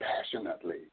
passionately